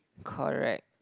correct